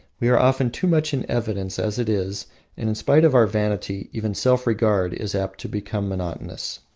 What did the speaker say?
we are often too much in evidence as it is, and in spite of our vanity even self-regard is apt to become monotonous.